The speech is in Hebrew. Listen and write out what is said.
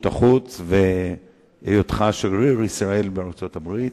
החוץ והיותך שגריר ישראל בארצות-הברית.